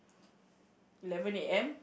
eleven A_M